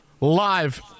Live